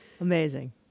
Amazing